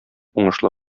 уңышлы